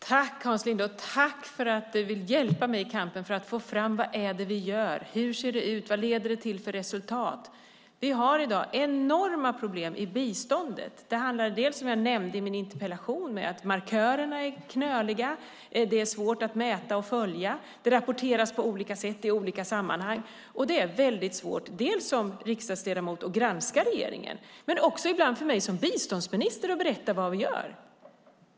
Herr talman! Tack, Hans Linde, för att du vill hjälpa mig i kampen för att få fram vad det är vi gör, hur det ser ut och vad det leder till för resultat! Vi har i dag enorma problem i biståndet. Det handlar om, som jag nämnde i mitt interpellationssvar, att markörerna är knöliga. De är svåra att mäta och följa. Det rapporteras på olika sätt i olika sammanhang. Det är svårt för en riksdagsledamot att granska regeringen och för mig som biståndsminister att berätta om vad vi gör.